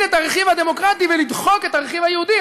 את הרכיב הדמוקרטי ולדחוק את הרכיב היהודי,